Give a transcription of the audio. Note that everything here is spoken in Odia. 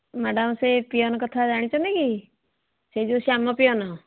ମ୍ୟାଡ଼ାମ ସେ ପିଅନ୍ କଥା ଜାଣିଛନ୍ତି କି ସେଇ ଯେଉଁ ଶ୍ୟାମ ପିଅନ୍